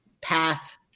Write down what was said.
path